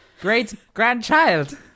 great-grandchild